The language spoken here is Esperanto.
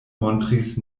montris